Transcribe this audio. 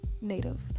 native